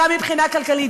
גם מבחינה כלכלית,